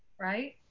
right